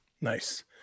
Nice